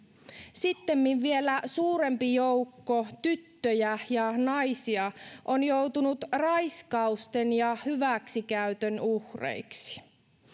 sittemmin vielä suurempi joukko tyttöjä ja naisia on joutunut raiskausten ja hyväksikäytön uhreiksi